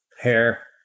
hair